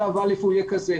שלב א' יהיה כזה,